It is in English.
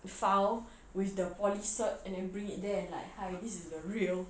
file